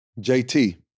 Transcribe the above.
JT